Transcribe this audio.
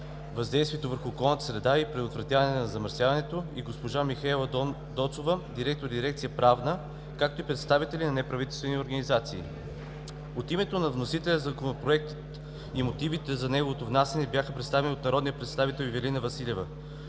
въздействието върху околната среда и предотвратяване на замърсяването“, госпожа Михаела Доцова – директор на дирекция „Правна“, както и представители на неправителствени организации. От името на вносителя Законопроектът и мотивите за неговото внасяне бяха представени от народния представител Ивелина Василева.